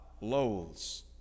loathes